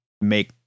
make